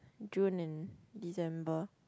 June and December